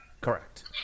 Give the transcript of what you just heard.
Correct